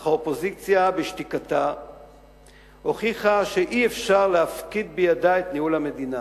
אך האופוזיציה בשתיקתה הוכיחה שאי-אפשר להפקיד בידיה את ניהול המדינה